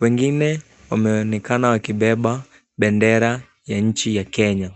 Wengine wameonekana wakibeba bendera ya nchi ya Kenya.